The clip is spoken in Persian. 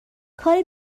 کاری